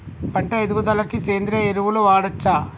పంట ఎదుగుదలకి సేంద్రీయ ఎరువులు వాడచ్చా?